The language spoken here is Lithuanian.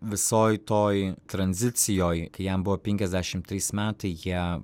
visoj toj tranzicijoj kai jam buvo penkiasdešim trys metai jie